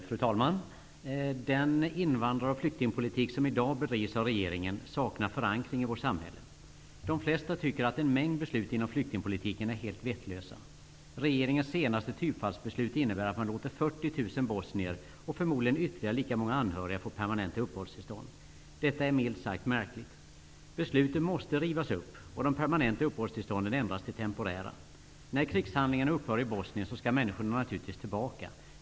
Fru talman! Den invandrar och flyktingpolitik som i dag bedrivs av regeringen saknar förankring i vårt samhälle. De flesta tycker att en mängd beslut inom flyktingpolitiken är helt vettlösa. Regeringens senaste typfallsbeslut innebär att man låter 40 000 bosnier, och förmodligen ytterligare lika många anhöriga, få permanenta uppehållstillstånd. Detta är milt sagt märkligt. Beslutet måste rivas upp och de permanenta uppehållstillstånden ändras till temporära. När krigshandlingarna upphör i Bosnien skall människorna naturligtvis tillbaka.